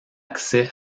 accès